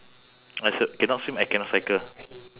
I s~ cannot swim cannot cycle